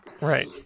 Right